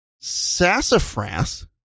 sassafras